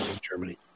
Germany